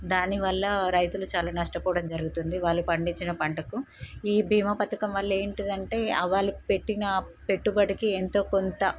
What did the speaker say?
దానివల్ల రైతులు చాలా నష్టపోవడం జరుగుతుంది వాళ్ళు పండించిన పంటకు ఈ భీమా పథకం వల్ల ఏంటిది అంటే వాళ్ళకు పెట్టినా పెట్టుబడికి ఎంతో కొంత